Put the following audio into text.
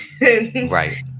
Right